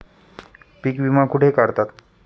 पीक विमा कुठे काढतात?